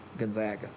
gonzaga